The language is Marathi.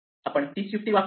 आपण तीच युक्ती वापरूया